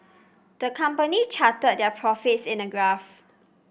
the company charted their profits in a graph